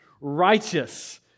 righteous